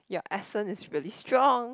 your accent is really strong